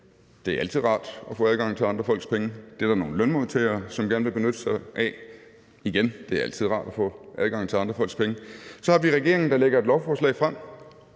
det er altid rart at få adgang til andre folks penge – og det er der nogle lønmodtagere som gerne vil benytte sig af. Igen, det er altid rart at få adgang til andres folks penge. Så har vi regeringen, der lægger et lovforslag frem,